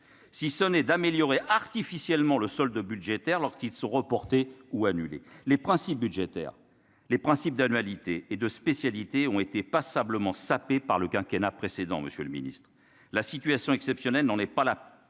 si ce n'est d'améliorer artificiellement le solde budgétaire lorsqu'ils sont reportés ou annulés les principes budgétaires les principe d'annualité et de spécialités ont été passablement sapée par le quinquennat précédent Monsieur le Ministre, la situation exceptionnelle, n'en est pas la plus